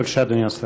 בבקשה, אדוני השר.